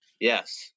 yes